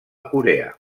corea